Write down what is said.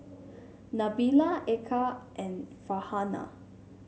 Nabila Eka and Farhanah